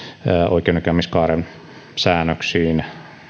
oikeudenkäymiskaaren säännöksiin